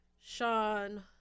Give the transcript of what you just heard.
Sean